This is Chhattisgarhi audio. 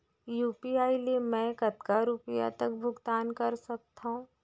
यू.पी.आई ले मैं कतका रुपिया तक भुगतान कर सकथों